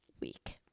week